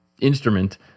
instrument